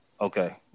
Okay